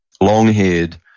long-haired